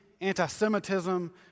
anti-Semitism